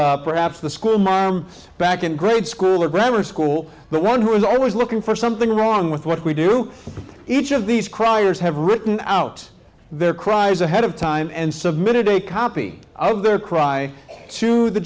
of perhaps the schoolmarm back in grade school or grammar school but one who is always looking for something wrong with what we do each of these criers have written out their cries ahead of time and submitted a copy of their cry to the